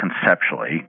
conceptually